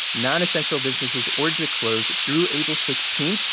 nonessential business is ordered to close through april sixteen.